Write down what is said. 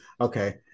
Okay